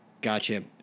Gotcha